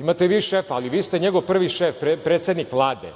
Imate i vi šefa, ali vi ste njegov prvi šef, predsednik Vlade.